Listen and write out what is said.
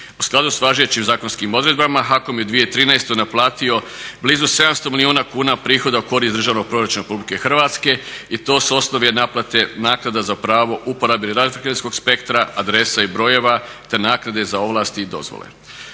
U skladu sa važećim zakonskim odredbama HAKOM je u 2013. naplatio blizu 700 milijuna kuna prihoda u korist državnog proračuna Republike Hrvatske i to s osnove naplate naknada za pravo uporabe …/Govornik se ne razumije./… adrese i brojeva te naknade za ovlasti i dozvole.